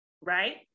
right